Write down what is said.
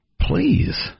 Please